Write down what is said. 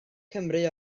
cymru